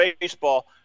baseball